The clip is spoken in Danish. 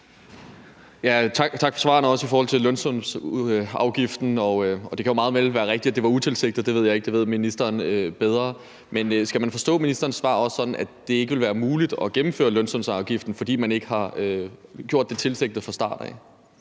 Tak for svarene også i forhold til lønsumsafgiften. Det kan jo meget vel være rigtigt, at det var utilsigtet. Det ved jeg ikke; det ved ministeren bedre. Men skal man også forstå ministerens svar sådan, at det ikke vil være muligt at gennemføre lønsumsafgiften, fordi det ikke har været tilsigtet fra starten af?